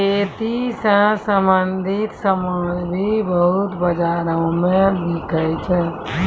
खेती स संबंछित सामान भी वस्तु बाजारो म बिकै छै